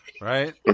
Right